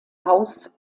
haus